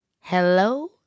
Hello